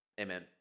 Amen